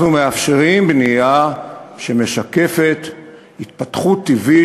אנחנו מאפשרים בנייה שמשקפת התפתחות טבעית,